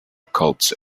occult